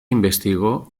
investigó